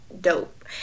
dope